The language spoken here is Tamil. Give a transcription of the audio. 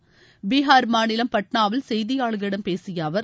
ஐன் பீகார் மாநிலம் பட்னாவில் செய்தியாளர்களிடம் பேசியஅவர்